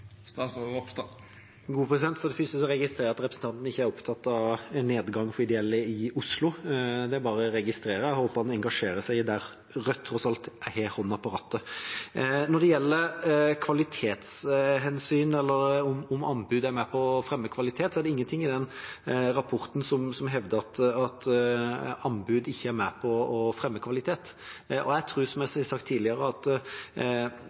For det første registrerer jeg at representanten ikke er opptatt av nedgangen for de ideelle i Oslo. Det bare registrerer jeg, og jeg håper han engasjerer seg der Rødt tross alt har hånden på rattet. Når det gjelder kvalitetshensyn eller om anbud er med på å fremme kvalitet, er det ingen ting i den rapporten som hevder at anbud ikke er med på fremme kvalitet. Jeg tror, som jeg har sagt tidligere, at